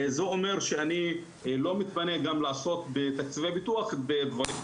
זה אומר שאני לא מתפנה גם לעסוק בתקציבי ביטוח בדברים אחרים.